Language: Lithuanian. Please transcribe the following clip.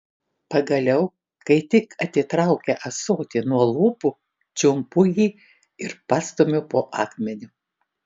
pagaliau kai tik atitraukia ąsotį nuo lūpų čiumpu jį ir pastumiu po akmeniu